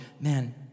man